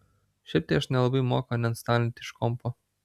šiaip tai aš nelabai moku aninstalinti iš kompo